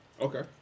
Okay